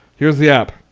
here's the app.